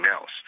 else